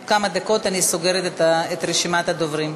עוד כמה דקות אני סוגרת את רשימת הדוברים,